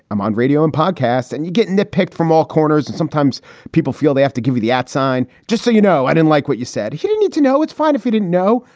i'm on radio and podcasts and you get nitpicked from all corners. and sometimes people feel they have to give you the at sign. just so you know. i didn't like what you said. he didn't need to know. it's fine if he didn't know.